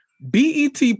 BET